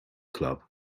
club